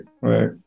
Right